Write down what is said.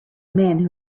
man